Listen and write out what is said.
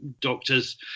doctors